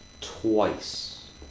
Twice